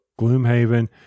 Gloomhaven